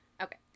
Okay